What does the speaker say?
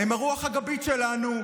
הם הרוח הגבית שלנו,